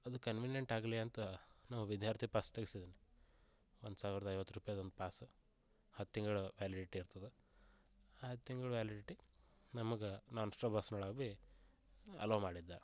ಅದು ಕನ್ವಿನೆಂಟ್ ಆಗಲಿ ಅಂತ ನಾವು ವಿದ್ಯಾರ್ಥಿ ಪಾಸ್ ತೆಗೆಸಿದ್ದಿನಿ ಒಂದು ಸಾವಿರದ ಐವತ್ತು ರುಪಾಯ್ದು ಒಂದು ಪಾಸು ಹತ್ತು ತಿಂಗ್ಳು ವ್ಯಾಲಿಡಿಟಿ ಇರ್ತದೆ ಹತ್ತು ತಿಂಗ್ಳು ವ್ಯಾಲಿಡಿಟಿ ನಮ್ಗೆ ನಾನ್ ಸ್ಟಾಪ್ ಬಸ್ಗಳಾಗ್ ಬಿ ಅಲೋ ಮಾಡಿದ್ದಾರೆ